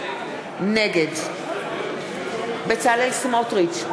נגד בצלאל סמוטריץ,